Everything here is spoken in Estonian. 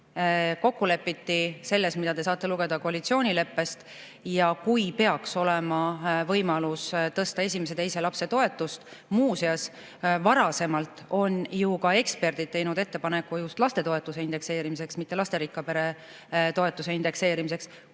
Kokku lepiti selles, mida te saate lugeda koalitsioonileppest. Kui peaks olema võimalus tõsta esimese ja teise lapse toetust – muuseas, varasemalt on ju ka eksperdid teinud ettepaneku just lastetoetuse indekseerimiseks, mitte lasterikka pere toetuse indekseerimiseks